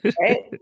right